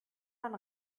man